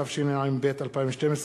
התשע"ב 2012,